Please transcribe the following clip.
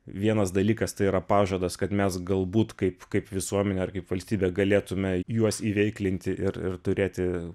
vienas dalykas tai yra pažadas kad mes galbūt kaip kaip visuomenė ar kaip valstybė galėtume juos iveiklinti ir ir turėti